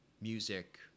music